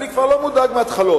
אני כבר לא מודאג מהתחלות.